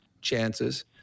Chances